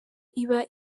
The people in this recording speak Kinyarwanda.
iba